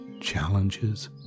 challenges